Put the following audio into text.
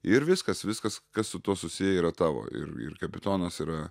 ir viskas viskas kas su tuo susiję yra tavo ir ir kapitonas yra